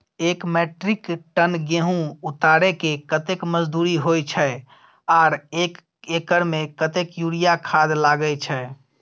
एक metric ton गेहूं उतारेके कतेक मजदूरी होय छै आर एक एकर में कतेक यूरिया खाद लागे छै?